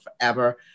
forever